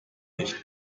nicht